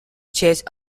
chase